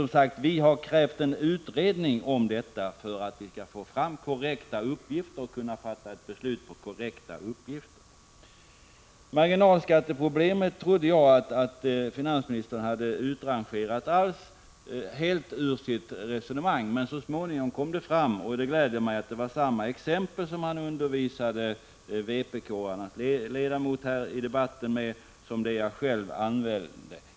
Vi har som sagt krävt en utredning om detta, så att vi kan fatta beslut på korrekta uppgifter. Marginalskatteproblemet trodde jag att finansministern helt hade utrangerat ur sitt resonemang, men så småningom kom det fram. Det gläder mig att finansministern, när han undervisade vpk-ledamoten här i debatten, använde samma exempel som jag själv använde.